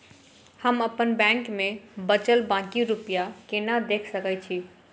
हम अप्पन बैंक मे बचल बाकी रुपया केना देख सकय छी?